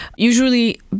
Usually